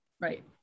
Right